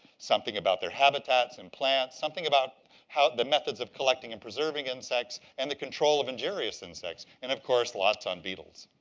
something about their habitats and plants, something about the methods of collecting and preserving insects, and the control of injurious insects, and, of course, lots on beetles.